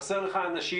חסר לך אנשים?